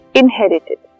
inherited